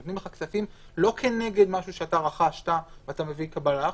נותנים לך כספים לא כנגד משהו שרכשת ואתה מביא קבלה,